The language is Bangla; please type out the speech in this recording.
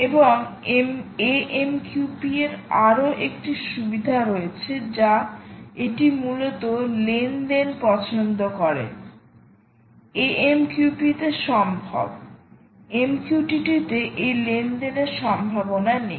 এবং AMQP এর আরও একটি সুবিধা রয়েছে যে এটি মূলত লেনদেন পছন্দ করে AMQP তে সম্ভব MQTT তে এই লেনদেনের সম্ভাবনা নেই